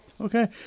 Okay